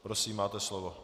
Prosím, máte slovo.